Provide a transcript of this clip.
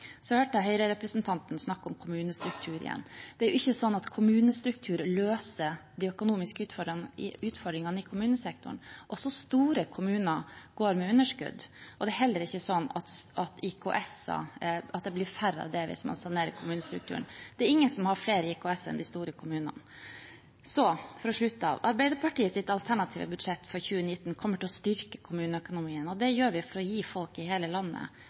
hørte Høyre-representanten før meg snakke om kommunestruktur igjen. Det er ikke sånn at kommunestrukturen løser de økonomiske utfordringene i kommunesektoren. Også store kommuner går med underskudd. Det er heller ikke sånn at det blir færre IKS-er hvis man sanerer kommunestrukturen. Det er ingen som har flere IKS-er enn de store kommunene. For å avslutte: Arbeiderpartiets alternative budsjett for 2019 kommer til å styrke kommuneøkonomien. Det gjør vi for å gi folk i hele landet